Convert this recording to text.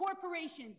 corporations